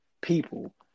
people